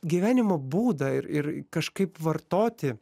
gyvenimo būdą ir ir kažkaip vartoti